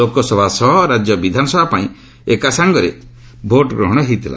ଲୋକସଭା ସହ ରାଜ୍ୟ ବିଧାନସଭା ପାଇଁ ଏକା ସଙ୍ଗେରେ ଭୋଟ୍ଗ୍ରହଣ ହୋଇଥିଲା